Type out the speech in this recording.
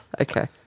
Okay